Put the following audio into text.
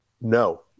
No